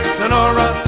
sonora